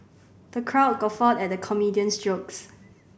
the crowd guffawed at the comedian's jokes